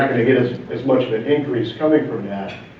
gonna get as as much of an increase coming from that.